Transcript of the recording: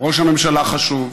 ראש הממשלה חשוב,